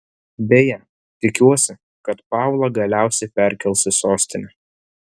beje tikiuosi kad pavlą galiausiai perkels į sostinę